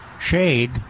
shade